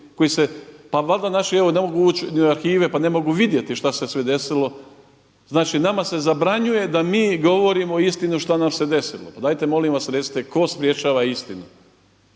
pa valjda naši ne mogu ući ni u arhive pa ne mogu vidjeti šta se sve desilo. Znači nama se zabranjuje da mi govorimo istinu što nam se desilo. Pa dajete molim vas recite tko sprečava istinu?